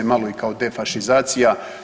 Malo i kao defašizacija.